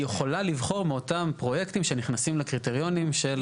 היא יכולה לבחור מאותם פרויקטים שנכנסים לקריטריונים של,